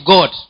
God